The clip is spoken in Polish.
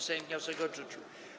Sejm wniosek odrzucił.